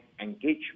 engagement